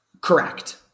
Correct